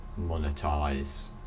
monetize